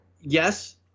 Yes